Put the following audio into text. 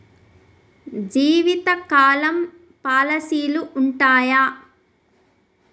జీవితకాలం పాలసీలు ఉంటయా?